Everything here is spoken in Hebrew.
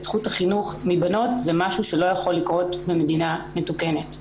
זכות החינוך מבנות זה משהו שלא יכול לקרות במדינה מתוקנת.